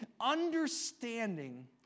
Understanding